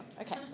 Okay